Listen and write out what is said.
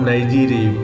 Nigeria